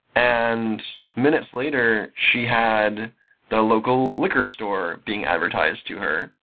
and minutes later she had the local liquor store being advertised to her.